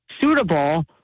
suitable